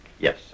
Yes